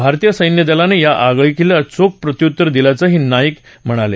भारतीय सैन्यदलानं या आगळीकीला चोख प्रत्युत्तर दिल्याचंही नाईक म्हणाले